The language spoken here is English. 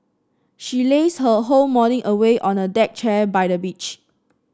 she lazed her whole morning away on a deck chair by the beach